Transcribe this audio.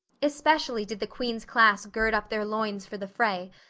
especially did the queen's class gird up their loins for the fray,